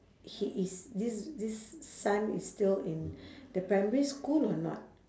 he is this this son is still in the primary school or not